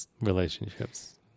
relationships